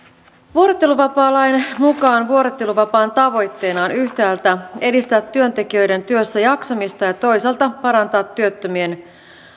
vuorotteluvapaalain mukaan vuorotteluvapaan tavoitteena on yhtäältä edistää työntekijöiden työssäjaksamista ja toisaalta parantaa työttömien